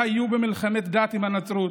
והיו במלחמת דת עם הנצרות.